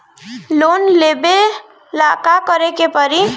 Loan लेबे ला का करे के पड़ी?